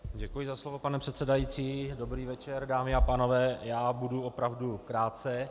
Děkuji za slovo, pane předsedající, dobrý večer, dámy a pánové, já budu opravdu krátce.